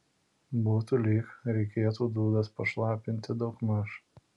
būtų lyg reikėtų dūdas pašlapinti daugmaž